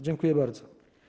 Dziękuję bardzo.